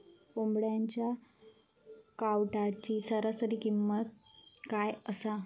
कोंबड्यांच्या कावटाची सरासरी किंमत काय असा?